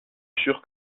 sûr